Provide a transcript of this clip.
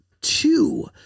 two